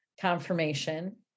confirmation